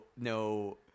no